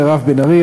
מירב בן ארי,